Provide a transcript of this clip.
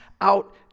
out